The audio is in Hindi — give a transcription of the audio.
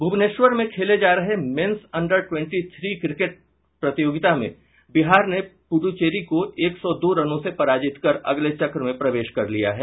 भूवनेश्वर में खेले जा रहे men's under twenty three cricket प्रतियोगिता में बिहार ने पुड्चेरी को एक सौ दो रनों से पराजित कर अगले चक्र में प्रवेश कर लिया है